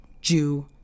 Jew